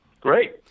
Great